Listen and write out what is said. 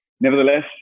nevertheless